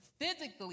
physically